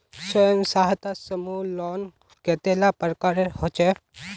स्वयं सहायता समूह लोन कतेला प्रकारेर होचे?